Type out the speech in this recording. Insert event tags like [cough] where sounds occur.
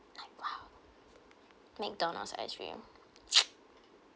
like !wow! McDonald's ice cream [noise]